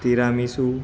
tiramisu